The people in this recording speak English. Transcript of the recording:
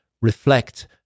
reflect